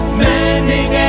mending